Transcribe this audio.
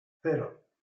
cero